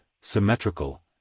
symmetrical